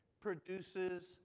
produces